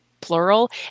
plural